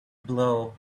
blow